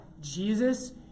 Jesus